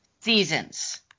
seasons